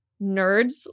nerds